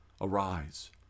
Arise